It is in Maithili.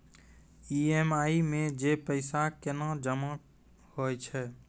ई.एम.आई मे जे पैसा केना जमा होय छै?